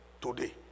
today